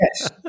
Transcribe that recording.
Yes